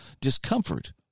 discomfort